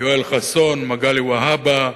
יואל חסון, מגלי והבה,